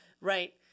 right